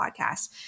podcast